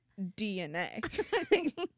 DNA